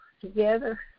together